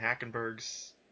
Hackenberg's